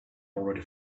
already